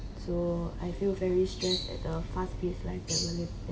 so I feel very stressed at a fast pace life that we're living